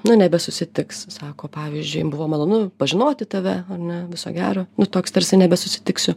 nu nebesusitiks sako pavyzdžiui buvo malonu pažinoti tave ar ne viso gero nu toks tarsi nebesusitiksiu